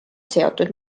seotud